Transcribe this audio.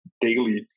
daily